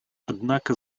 однако